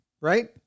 right